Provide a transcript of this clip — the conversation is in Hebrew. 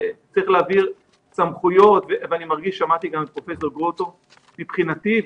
צריך להעביר סמכויות ואני מרגיש שמעתי גם את פרופ' גרוטו מבחינתי,